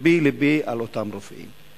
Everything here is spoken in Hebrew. לבי לבי על אותם רופאים,